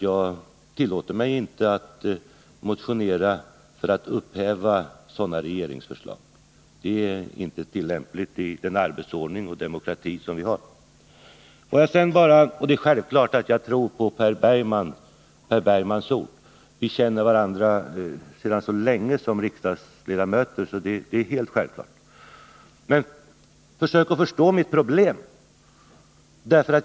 Jag tillåter mig inte att motionera för att upphäva sådana regeringsförslag. Det är inte tillämpligt med den arbetsordning och i den demokrati vi har. Självfallet tror jag på Per Bergmans ord. Vi känner varandra som riksdagsledamöter sedan länge, så det är helt självklart. Men försök förstå mitt problem!